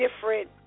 different